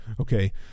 okay